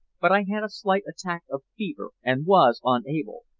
but i had a slight attack of fever, and was unable.